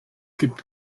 gibt